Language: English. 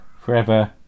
Forever